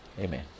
Amen